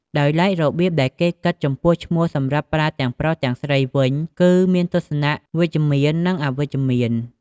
ដោយឡែករបៀបដែលគេគិតចំពោះឈ្មោះសម្រាប់ប្រើទាំងប្រុសទាំងស្រីវិញ គឺមានទាំងទស្សនៈវិជ្ជមាន និង អវិជ្ជមាន។